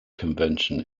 convention